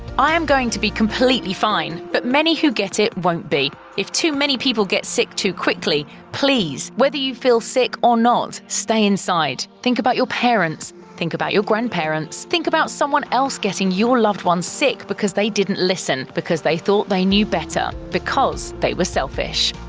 i am going to be completely fine. but many who get it won't be, if too many people get sick too quickly. please. whether you feel sick or not, stay inside. think about your parents. think about your grandparents. think about someone else getting your loved ones sick because they didn't listen, because they thought they knew better. because they were selfish.